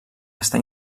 està